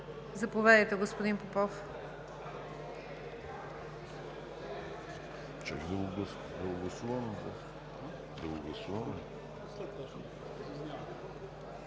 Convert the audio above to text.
Заповядайте, господин Попов.